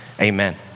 amen